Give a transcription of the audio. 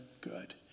good